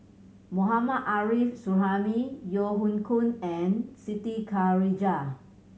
Mohammad Arif Suhaimi Yeo Hoe Koon and Siti Khalijah